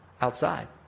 outside